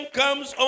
comes